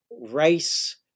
race